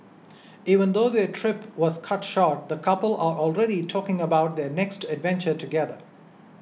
even though their trip was cut short the couple are already talking about their next adventure together